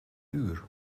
uur